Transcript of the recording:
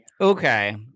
Okay